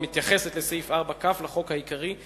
המתייחסת לסעיף 4כ לחוק העיקרי,